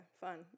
fun